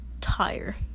tire